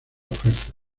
oferta